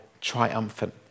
triumphant